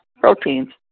proteins